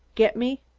get me?